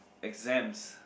exams